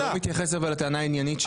אתה לא מתייחס לטענה העניינית שלי.